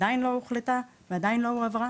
שעדיין לא הוחלטה ועדיין לא הועברה.